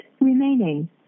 remaining